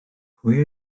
pwy